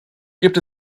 gibt